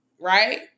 Right